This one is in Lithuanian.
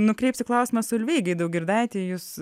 nukreipsiu klausimą solveigai daugirdaitei jūs